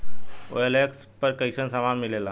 OLX पर कइसन सामान मीलेला?